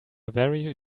very